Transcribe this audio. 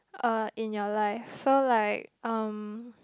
uh in your life so like um